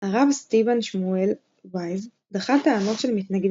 " הרב סטיבן שמואל וייז דחה טענות של מתנגדי